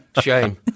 shame